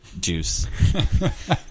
juice